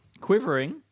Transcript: Quivering